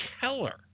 Keller